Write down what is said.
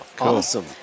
Awesome